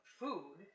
food